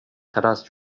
teraz